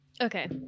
Okay